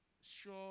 sure